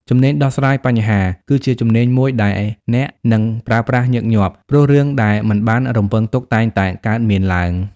ជំនាញដោះស្រាយបញ្ហា គឺជាជំនាញមួយដែលអ្នកនឹងប្រើប្រាស់ញឹកញាប់ ព្រោះរឿងដែលមិនបានរំពឹងទុកតែងតែកើតមានឡើង។